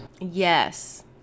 Yes